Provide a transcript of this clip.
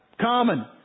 common